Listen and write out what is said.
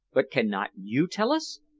but cannot you tell us?